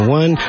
one